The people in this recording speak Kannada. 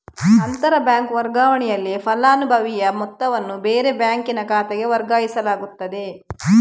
ಅಂತರ ಬ್ಯಾಂಕ್ ವರ್ಗಾವಣೆನಲ್ಲಿ ಫಲಾನುಭವಿಯ ಮೊತ್ತವನ್ನ ಬೇರೆ ಬ್ಯಾಂಕಿನ ಖಾತೆಗೆ ವರ್ಗಾಯಿಸಲಾಗ್ತದೆ